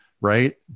right